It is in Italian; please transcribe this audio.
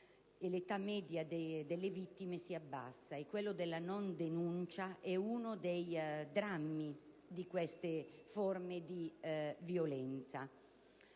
l'età media delle vittime si abbassa. La non denuncia è uno dei drammi di queste forme di violenza.